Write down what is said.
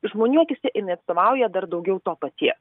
žmonių akyse inai atstovauja dar daugiau to paties